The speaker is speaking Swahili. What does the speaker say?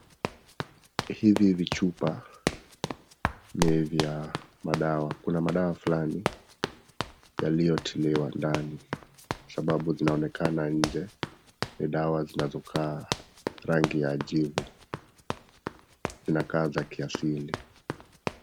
Hivi vichupa nivya madawa, Kuna madawa fulani yaliotiliwa ndani, kwa sababu zinaonekana nje ni dawa zinazokaa rangi ya jivu, ni dawa za kiasili.